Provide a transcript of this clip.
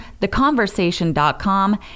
theconversation.com